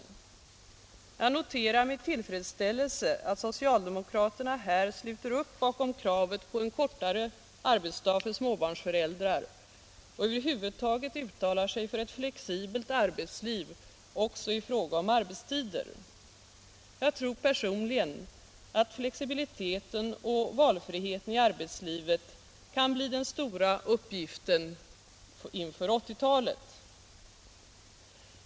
Jag noterar med tillfredsställelse att socialdemokraterna här sluter upp bakom kravet på en kortare arbetsdag för småbarnsföräldrar och över huvud taget uttalar sig för ett flexibelt arbetsliv också i fråga om arbetstider. Jag tror personligen att flexibiliteten och valfriheten i arbetslivet blir den stora uppgiften inför 1980-talet.